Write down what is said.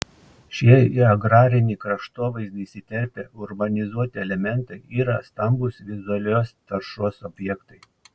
šie į agrarinį kraštovaizdį įsiterpę urbanizuoti elementai yra stambūs vizualios taršos objektai